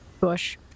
bush